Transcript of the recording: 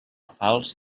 falç